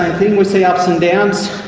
ah thing we see ups and downs.